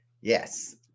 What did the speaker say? yes